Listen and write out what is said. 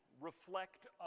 reflect